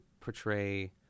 portray